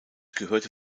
gehörte